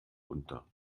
unter